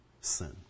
sin